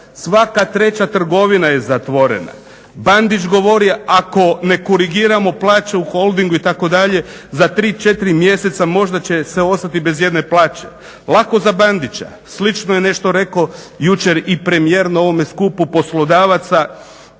svaka treća trgovina je zatvorena. Bandić govori ako ne korigiramo plaće u Holdingu, za 3, 4 mjeseca možda će se ostati bez jedne plaće, lako za Bandića, slično je nešto reko jučer i premijer na ovome skupu poslodavaca